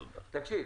תקשיב,